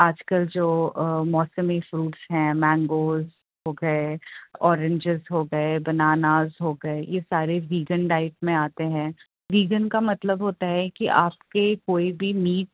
آج کل جو موسمی فروٹس ہیں مینگوز ہو گئے اورنجز ہو گئے بناناز ہو گئے یہ سارے ویگن ڈائٹ میں آتے ہیں ویگن کا مطلب ہوتا ہے کہ آپ کے کوئی بھی میٹ